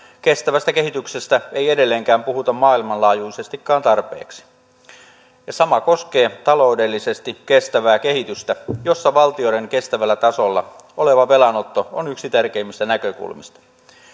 kestävästä kehityksestä ei edelleenkään puhuta maailmanlaajuisestikaan tarpeeksi ja sama koskee taloudellisesti kestävää kehitystä jossa valtioiden kestävällä tasolla oleva velanotto on yksi tärkeimmistä näkökulmista